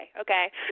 okay